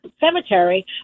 cemetery